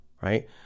right